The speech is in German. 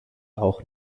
auch